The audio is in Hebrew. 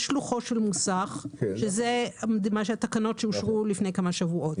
יש שלוחות של מוסך ואלה התקנות שאושרו לפני כמה שבועות.